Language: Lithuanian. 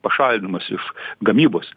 pašalinamas iš gamybos